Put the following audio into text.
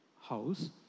house